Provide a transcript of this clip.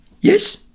Yes